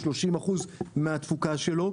40% מהתפוקה שלו.